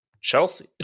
Chelsea